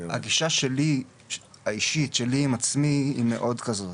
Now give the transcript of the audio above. הגישה שלי, האישית, שלי עם עצמי, היא מאוד כזאת.